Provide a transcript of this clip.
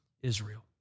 Israel